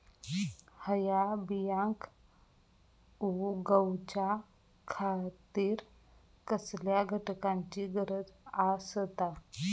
हया बियांक उगौच्या खातिर कसल्या घटकांची गरज आसता?